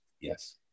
Yes